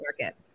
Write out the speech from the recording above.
market